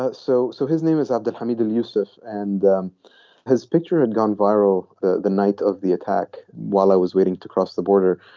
ah so so his name is abdul hamid al yusef. and his picture had gone viral the the night of the attack while i was waiting to cross the border.